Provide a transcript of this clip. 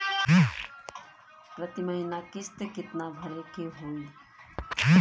प्रति महीना किस्त कितना भरे के होई?